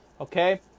Okay